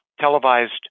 televised